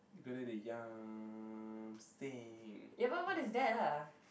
go there they yam-seng